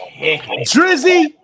Drizzy